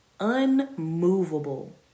unmovable